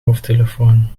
hoofdtelefoon